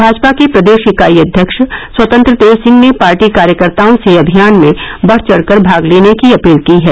भाजपा के प्रदेश इकाई अध्यक्ष स्वतंत्र देव सिंह ने पार्टी कार्यकर्ताओं से अभियान में बढ़ चढ़ कर भाग लेने की अपील की है